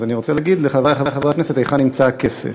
אז אני רוצה להגיד לחברי חברי הכנסת היכן נמצא הכסף.